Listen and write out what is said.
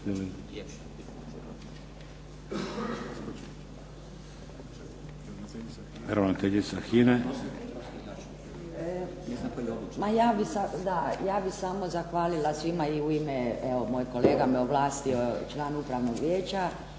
Smiljanka** Ja bih samo zahvalila svima u ime, moj kolega me ovlastio član upravnog vijeća